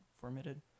formatted